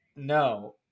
No